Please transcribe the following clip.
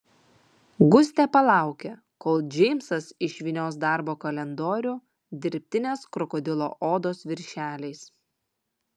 gustė palaukė kol džeimsas išvynios darbo kalendorių dirbtinės krokodilo odos viršeliais